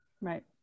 Right